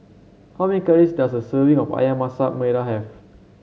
how many calories does a serving of ayam Masak Merah have